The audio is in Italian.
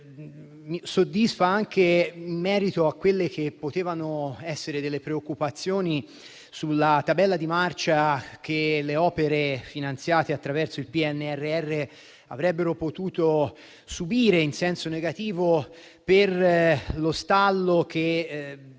soddisfacente, anche in merito a quelle che potevano essere le preoccupazioni sulla tabella di marcia che le opere finanziate attraverso il PNRR avrebbero potuto subire in senso negativo per lo stallo che